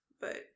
But-